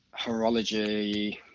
Horology